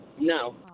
No